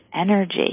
energy